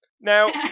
Now